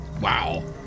Wow